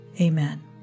Amen